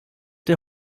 der